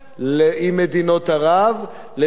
תגיע להסדר עם הפלסטינים.